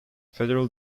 federal